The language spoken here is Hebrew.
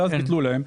ואז ביטלו להם.